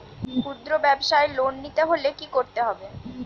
খুদ্রব্যাবসায় লোন নিতে হলে কি করতে হবে?